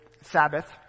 Sabbath